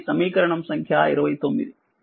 ఇది సమీకరణం29